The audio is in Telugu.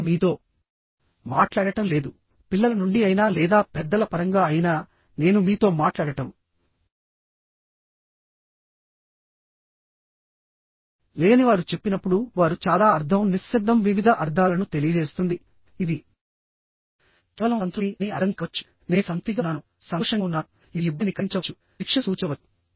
నేను మీతో మాట్లాడటం లేదు పిల్లల నుండి అయినా లేదా పెద్దల పరంగా అయినా నేను మీతో మాట్లాడటం లేదని వారు చెప్పినప్పుడు వారు చాలా అర్థం నిశ్శబ్దం వివిధ అర్థాలను తెలియజేస్తుంది ఇది కేవలం సంతృప్తి అని అర్ధం కావచ్చు నేను సంతృప్తిగా ఉన్నాను సంతోషంగా ఉన్నాను ఇది ఇబ్బందిని కలిగించవచ్చు శిక్షను సూచించవచ్చు